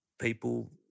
people